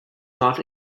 not